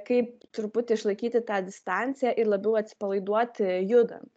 kaip truputį išlaikyti tą distanciją ir labiau atsipalaiduoti judant